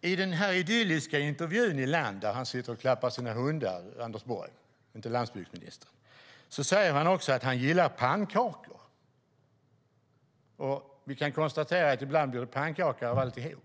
I den idylliska intervjun i Land där han sitter och klappar sina hundar - Anders Borg, inte landsbygdsministern - säger han också att han gillar pannkakor. Vi kan konstatera att ibland blir det pannkaka av alltihop.